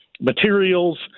materials